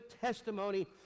testimony